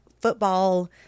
football